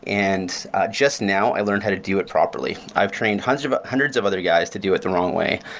and just now i learned how to do it properly. i have trained hundreds but hundreds of other guys to do it the wrong way.